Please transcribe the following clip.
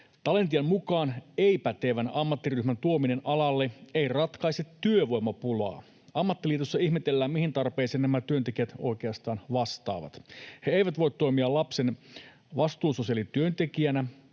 Talentian mukaan ei-pätevän ammattiryhmän tuominen alalle ei ratkaise työvoimapulaa. Ammattiliitossa ihmetellään, mihin tarpeeseen nämä työntekijät oikeastaan vastaavat. He eivät voi toimia lapsen vastuusosiaalityöntekijänä,